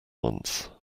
once